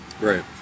Right